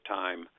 time